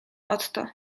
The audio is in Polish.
otto